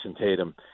Tatum